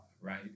right